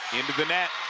into the net